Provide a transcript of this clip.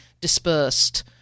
dispersed